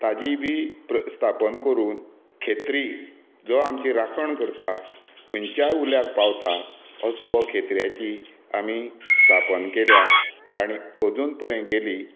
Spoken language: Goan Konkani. ताजीय बी प्रतिस्थापना करून खेत्री जो आमची राखण करता खंयच्याय उल्याक पावता असो हो खेत्र्याची आमी स्थापना केल्या आनी अजून पर्यंत गेली